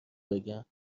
بگم